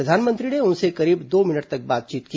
प्रधानमंत्री ने उनसे करीब दो मिनट तक बातचीत की